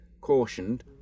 cautioned